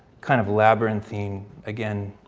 kind of labyrinthine again,